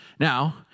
Now